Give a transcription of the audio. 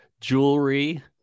jewelry